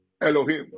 Elohim